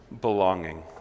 belonging